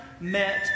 met